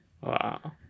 Wow